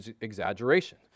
exaggeration